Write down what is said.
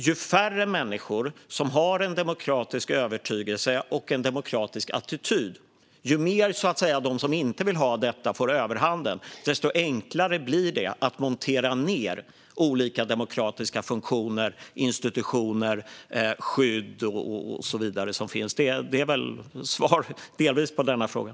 Ju färre människor som har en demokratisk övertygelse och en demokratisk attityd och ju fler sådana som inte vill ha detta får överhand, desto enklare blir det att montera ned olika demokratiska funktioner, institutioner, skydd och så vidare som finns. Detta var kanske delvis svar på frågan.